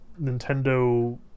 Nintendo